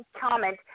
comment